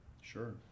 Sure